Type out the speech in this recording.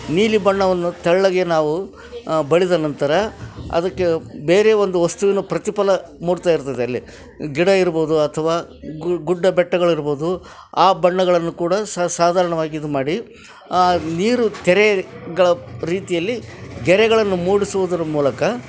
ನೀಲಿ ಬಣ್ಣವನ್ನು ತೆಳ್ಳಗೆ ನಾವು ಬಳಿದ ನಂತರ ಅದಕ್ಕೆ ಬೇರೆ ಒಂದು ವಸ್ತುವಿನ ಪ್ರತಿಫಲ ಮೂಡ್ತಾ ಇರ್ತದೆ ಅಲ್ಲಿ ಗಿಡ ಇರ್ಬೋದು ಅಥವಾ ಗು ಗುಡ್ಡ ಬೆಟ್ಟಗಳಿರ್ಬೋದು ಆ ಬಣ್ಣಗಳನ್ನು ಕೂಡ ಸ ಸಾಧಾರಣವಾಗಿ ಇದು ಮಾಡಿ ನೀರು ತೆರೆಗಳ ರೀತಿಯಲ್ಲಿ ಗೆರೆಗಳನ್ನು ಮೂಡ್ಸುವುದ್ರ ಮೂಲಕ